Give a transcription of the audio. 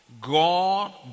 God